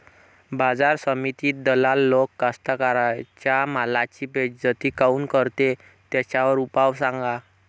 बाजार समितीत दलाल लोक कास्ताकाराच्या मालाची बेइज्जती काऊन करते? त्याच्यावर उपाव सांगा